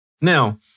Now